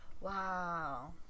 Wow